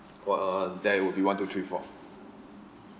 well that would be one two three four